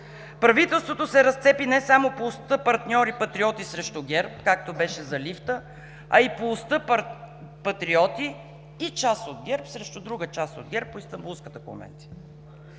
правителството се разцепи не само по оста партньори – Патриоти срещу ГЕРБ, както беше за лифта, а и по оста Патриоти и част от ГЕРБ срещу друга част от ГЕРБ по Истанбулската конвенция.